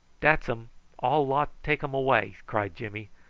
dats um all lot take um way, cried jimmy.